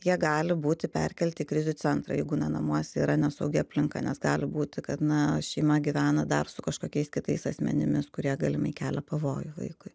jie gali būti perkelti į krizių centrą jeigu na namuos yra nesaugi aplinka nes gali būti kad na šeima gyvena dar su kažkokiais kitais asmenimis kurie galimai kelia pavojų vaikui